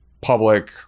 public